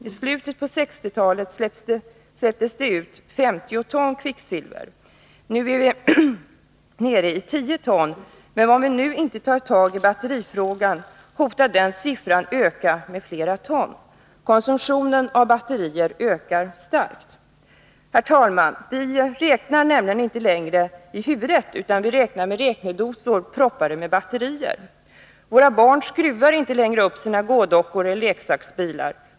I slutet av 1960-talet släpptes det ut 50 ton kvicksilver. Nu är vi nere i 10 ton. Men om viinte nu tar tag i batterifrågan, hotar mängden att öka med flera ton. Konsumtionen av batterier ökar starkt. Herr talman! Vi räknar inte längre i huvudet, utan vi räknar med räknedosor proppade med batterier. Våra barn skruvar inte längre upp sina gådockor eller leksaksbilar.